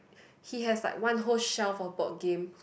he has like one whole shelf of board game